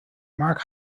mark